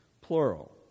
plural